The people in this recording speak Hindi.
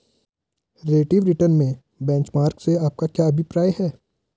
रिलेटिव रिटर्न में बेंचमार्क से आपका क्या अभिप्राय है?